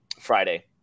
Friday